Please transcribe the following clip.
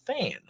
fan